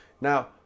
Now